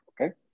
Okay